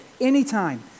anytime